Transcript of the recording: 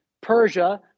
Persia